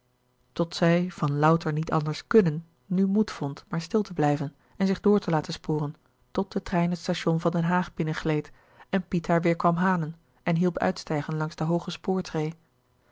zielen zij van louter niet anders kunnen nu moed vond maar stil te blijven en zich door te laten sporen tot de trein het station van den haag binnengleed en piet haar weêr kwam halen en hielp uitstijgen langs de hooge spoortreê